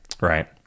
Right